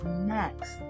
next